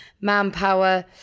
manpower